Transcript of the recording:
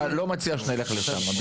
אני לא מציע שנלך לשם.